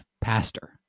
pastor